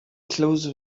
closer